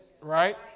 right